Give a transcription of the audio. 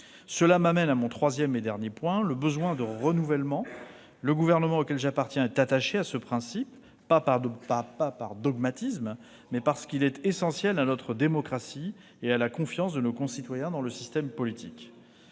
Cela m'amène à mon troisième et dernier point : le besoin de renouvellement. Le gouvernement auquel j'appartiens est attaché à ce principe, non pas par dogmatisme, mais parce qu'il est essentiel à notre démocratie et à la confiance de nos concitoyens dans le système politique.